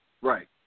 Right